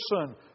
person